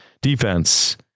Defense